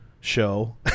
show